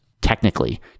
technically